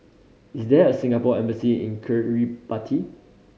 is there a Singapore Embassy in Kiribati